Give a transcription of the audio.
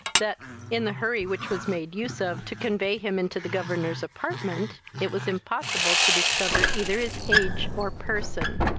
that, in the hurry which was made use of to convey him into the governor's apartment, it was impossible to discover either his age or person.